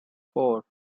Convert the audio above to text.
four